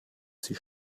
sie